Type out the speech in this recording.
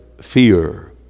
fear